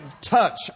touch